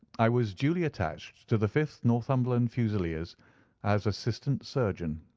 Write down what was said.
i was duly attached to the fifth northumberland fusiliers as assistant surgeon.